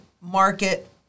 market